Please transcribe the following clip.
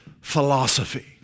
philosophy